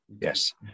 yes